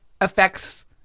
affects